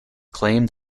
claimed